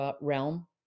realm